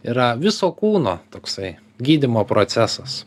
yra viso kūno toksai gydymo procesas